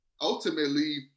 ultimately